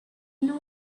knew